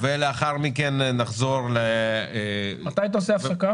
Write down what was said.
אז נחזור ונמשיך כי יש כאן כמה דברים לא סגורים.